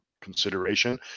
consideration